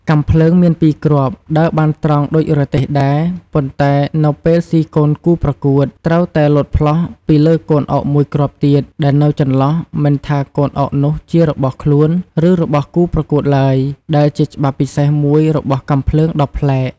កាំភ្លើង មានពីរគ្រាប់ ដើរបានត្រង់ដូចរទេះដែរ ប៉ុន្តែនៅពេលស៊ីកូនគូប្រកួត ត្រូវតែលោតផ្លោះពីលើកូនអុកមួយគ្រាប់ទៀតដែលនៅចន្លោះ មិនថាកូនអុកនោះជារបស់ខ្លួន ឬរបស់គូប្រកួតឡើយ ដែលជាច្បាប់ពិសេសមួយរបស់កាំភ្លើងដ៏ប្លែក។